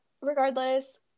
regardless